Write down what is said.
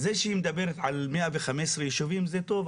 זה שהיא מדברת על 115 ישובים זה טוב,